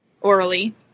Orally